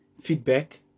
feedback